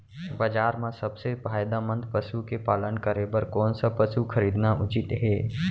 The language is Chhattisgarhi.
बजार म सबसे फायदामंद पसु के पालन करे बर कोन स पसु खरीदना उचित हे?